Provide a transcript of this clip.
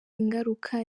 ingaruka